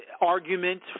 argument